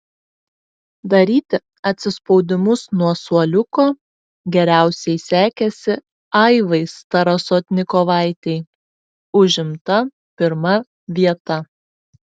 daryti atsispaudimus nuo suoliuko geriausiai sekėsi aivai starasotnikovaitei užimta pirma vieta